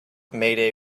mayday